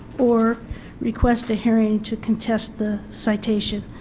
or request a hearing to contest the citation.